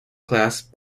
class